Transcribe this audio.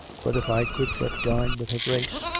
but if i could but dine with her grace,